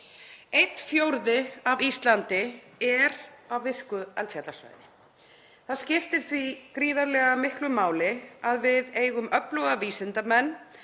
Einn fjórði af Íslandi er á virku eldfjallasvæði. Það skiptir því gríðarlega miklu máli að við eigum öfluga vísindamenn,